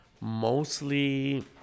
mostly